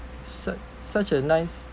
such such a nice